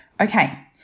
Okay